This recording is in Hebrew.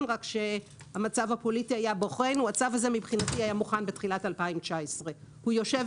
אלא שמבחינתי הצו הזה היה מוכן בתחילת 2019. הוא יושב